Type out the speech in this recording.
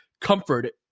comfort